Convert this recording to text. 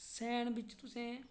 send बिच तुसें